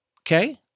Okay